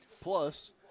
plus